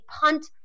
punt